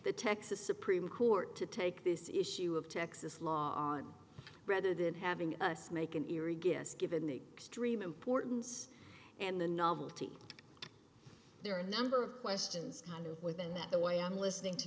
the texas supreme court to take this issue of texas law rather than having us make an eerie guess given the extreme importance and the novelty there are a number of questions how to within that the way i'm listening to